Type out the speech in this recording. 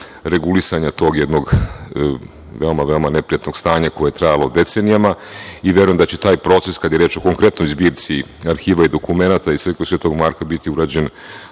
regulisanja tog jednog veoma neprijatnog stanja, koje je trajalo decenijama, i verujem da će taj proces, kada je reč o konkretnoj zbirci arhiva i dokumenata iz crkve Sv.Marka biti urađen